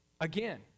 Again